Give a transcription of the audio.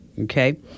Okay